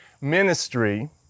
ministry